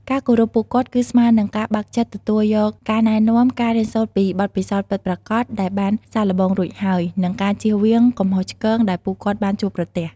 ការគោរពពួកគាត់គឺស្មើនឹងការបើកចិត្តទទួលយកការណែនាំ ការរៀនសូត្រពីបទពិសោធន៍ពិតប្រាកដដែលបានសាកល្បងរួចហើយ និងការជៀសវាងកំហុសឆ្គងដែលពួកគាត់បានជួបប្រទះ។